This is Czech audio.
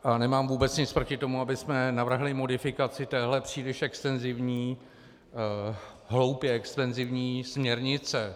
A nemám vůbec nic proti tomu, abychom navrhli modifikaci téhle příliš extenzivní, hloupě extenzivní, směrnice.